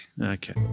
Okay